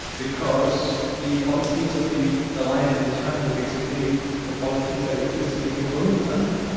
because the policies of the alliance at the time were basically the policies that existed during colonial times.